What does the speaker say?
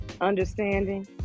understanding